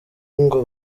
ngo